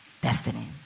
Destiny